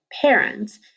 parents